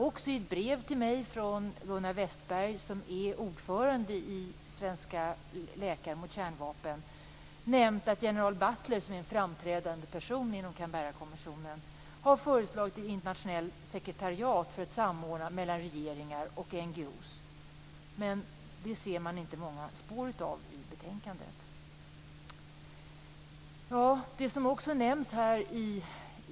I ett brev till mig från Gunnar Westberg som är ordförande i Svenska Läkare mot Kärnvapen nämns att general Butler, som är en framträdande person inom Canberrakommissionen, har föreslagit ett internationellt sekretariat för samordning mellan regeringar och NGO:er. Men man ser inte många spår av det i betänkandet.